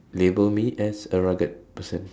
label me as a rugged person